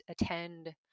attend